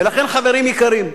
ולכן, חברים יקרים,